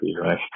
right